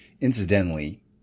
Incidentally